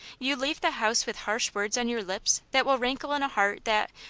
you leave the house with harsh words on your lips that will rankle in a heart that,